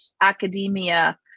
academia